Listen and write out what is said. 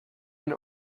and